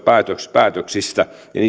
päätöksistä